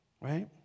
right